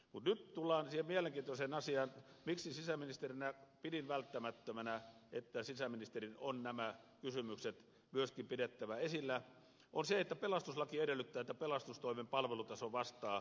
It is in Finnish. mutta nyt tullaan siihen mielenkiintoiseen asiaan miksi sisäministerinä pidin välttämättömänä että sisäministerin on nämä kysymykset myöskin pidettävä esillä ja se on se että pelastuslaki edellyttää että pelastustoimen palvelutaso vastaa onnettomuusuhkia